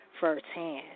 firsthand